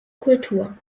kultur